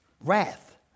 Wrath